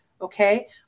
Okay